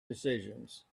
decisions